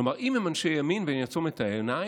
כלומר, אם הם אנשי ימין ואני אעצום את העיניים,